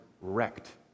wrecked